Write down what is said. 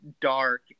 dark